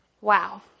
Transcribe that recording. Wow